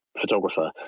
photographer